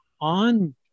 on